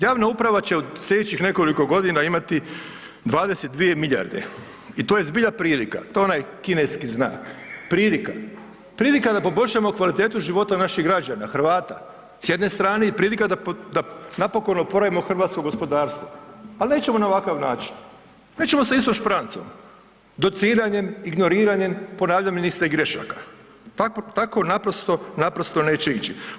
Javna uprava će od slijedećih nekoliko godina imati 22 milijarde i to je zbilja prilika, to je onaj kineski znak, prilika, prilika da poboljšamo kvalitetu života naših građana Hrvata s jedne strane i prilika da napokon oporavimo hrvatsko gospodarstvo, al nećemo na ovakav način, nećemo sa istom šprancom, dociranjem, ignoriranjem, ponavljanjem istih grešaka, tako naprosto, naprosto neće ići.